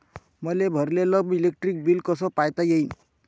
मले भरलेल electric bill कस पायता येईन?